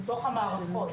בתוך המערכות,